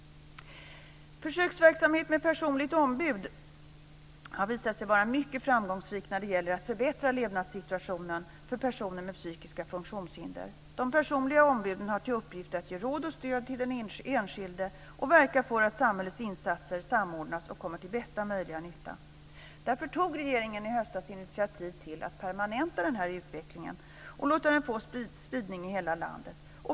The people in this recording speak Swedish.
Försöksverksamhet med personligt ombud har visat sig vara mycket framgångsrik när det gäller att förbättra levnadssituationen för personer med psykiska funktionshinder. De personliga ombuden har till uppgift att ge råd och stöd till den enskilde och verka för att samhällets insatser samordnas och kommer till bästa möjliga nytta. Därför tog regeringen i höstas initiativ till att permanenta den här utvecklingen och låta den få spridning i hela landet.